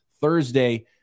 Thursday